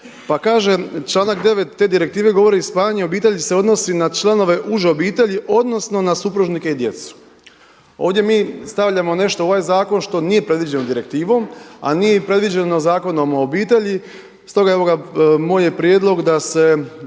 Pa kaže članak 9. te direktive govori spajanje obitelji se odnosi na članove uže obitelji odnosno na supružnike i djecu. Ovdje mi stavljamo nešto u ovaj zakon što nije predviđeno direktivom a nije im predviđeno Zakonom o obitelji stoga evo moj je prijedlog da se